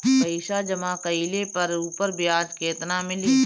पइसा जमा कइले पर ऊपर ब्याज केतना मिली?